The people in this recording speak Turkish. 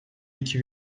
iki